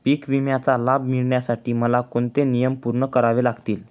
पीक विम्याचा लाभ मिळण्यासाठी मला कोणते नियम पूर्ण करावे लागतील?